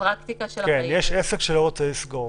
יש עסק שלא רוצה לסגור.